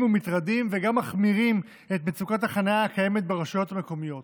ומטרדים וגם מחמירים את מצוקת החניה הקיימת ברשויות המקומיות.